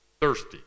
Thirsty